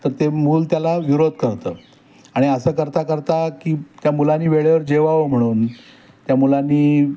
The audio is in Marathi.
तर ते मूल त्याला विरोध करतं आणि असं करता करता की त्या मुलाने वेळेवर जेवावं म्हणून त्या मुलांनी